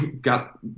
got